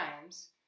times